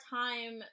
time